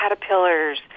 caterpillars